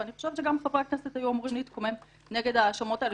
ואני חושבת שגם חברי הכנסת היו אמורים להתקומם נגד ההאשמות האלה